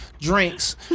drinks